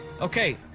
Okay